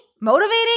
Motivating